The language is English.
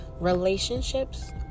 Relationships